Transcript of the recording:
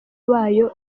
bayo